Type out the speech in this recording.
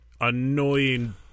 annoying